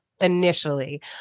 initially